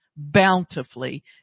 bountifully